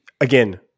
Again